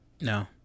no